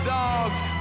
dogs